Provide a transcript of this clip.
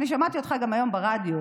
אני שמעתי אותך היום ברדיו